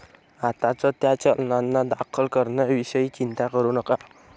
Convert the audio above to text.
आत्ताच त्या चलनांना दाखल करण्याविषयी चिंता करू नका